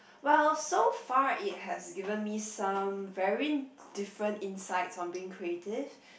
well so far it has given me some very different insight on being creative